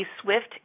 swift